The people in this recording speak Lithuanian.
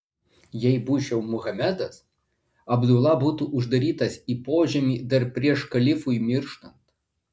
jei būčiau muhamedas abdula būtų uždarytas į požemį dar prieš kalifui mirštant